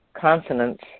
Consonants